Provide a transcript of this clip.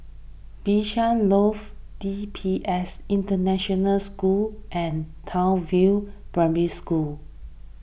Bishan Loft D P S International School and Townsville Primary School